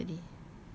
apa you nak cakap tadi